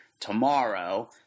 tomorrow